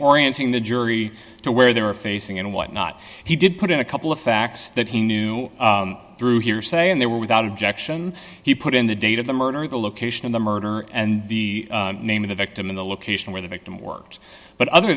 orienting the jury to where they were facing and what not he did put in a couple of facts that he knew through hearsay and they were without objection he put in the date of the murder the location of the murder and the name of the victim in the location where the victim were but other